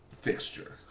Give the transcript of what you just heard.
fixture